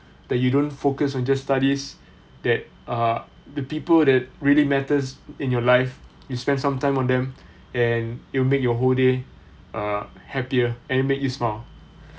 that you don't focus on just studies that are the people that really matters in your life you spend some time on them and you'll make your whole day uh happier and make you smile